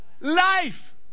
life